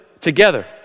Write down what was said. together